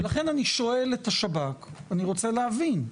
ולכן אני שואל את השב"כ, אני רוצה להבין.